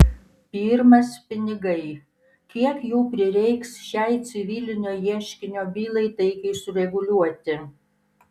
pirmas pinigai kiek jų prireiks šiai civilinio ieškinio bylai taikiai sureguliuoti